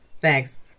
thanks